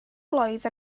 blwydd